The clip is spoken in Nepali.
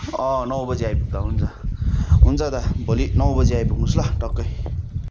नौ बजी आइपुग्दा हुन्छ हुन्छ दा भोलि नौ बजी आइपुग्नु होस् ल टक्कै